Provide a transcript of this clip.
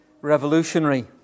revolutionary